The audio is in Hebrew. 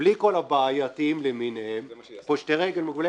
בלי כל הבעייתיים למיניהם פושטי רגל וכולי